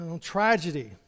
tragedy